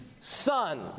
Son